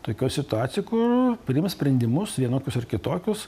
tokioj situacijoj kur priims sprendimus vienokius ar kitokius